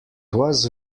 was